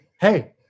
hey